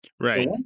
Right